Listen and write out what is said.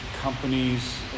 companies